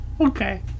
Okay